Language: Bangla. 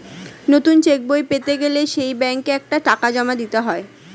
নতুন চেক বই পেতে গেলে সেই ব্যাংকে একটা টাকা দাম দিতে হয়